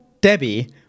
Debbie